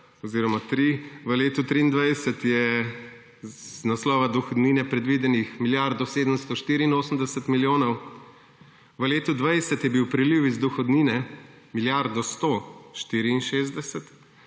oziroma tri. V letu 2023 je iz naslova dohodnine predvidenih milijardo 784 milijonov, v letu 2020 je bil priliv iz dohodnine milijardo 164 milijonov,